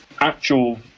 actual